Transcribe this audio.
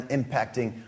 impacting